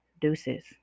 Deuces